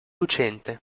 lucente